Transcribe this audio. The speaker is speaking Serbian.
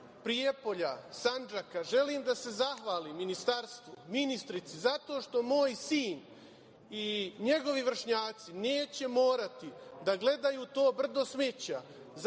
Prijepolja, Sandžaka, želim da se zahvalim Ministarstvu, ministrici, zato što moj sin i njegovi vršnjaci neće moći da gledaju to brdo smeća,